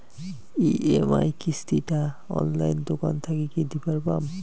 EMI কিস্তি টা অনলাইনে দোকান থাকি কি দিবার পাম?